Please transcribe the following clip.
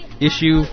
issue